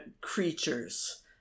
creatures